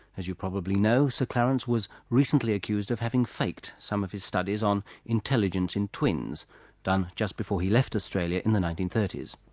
as you probably know, sir clarence was recently accused of having faked some of his studies on intelligence in twins done just before he left australia in the nineteen thirty s.